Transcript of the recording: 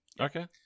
okay